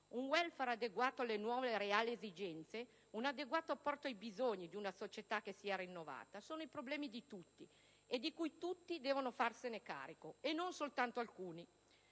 Un *welfare* adeguato alle nuove e reali esigenze, un adeguato apporto ai bisogni di una società che si è rinnovata sono problemi di tutti e di cui tutti devono farsi carico, non solo alcuni.